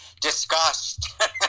disgust